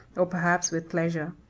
or perhaps with pleasure.